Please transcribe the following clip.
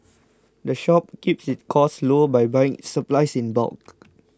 the shop keeps its costs low by buying supplies in bulk